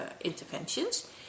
interventions